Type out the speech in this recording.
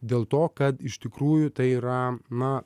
dėl to kad iš tikrųjų tai yra na